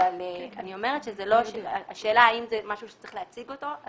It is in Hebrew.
אבל אני אומרת שזה לא חייב להיות משהו שצריך להציג אותו.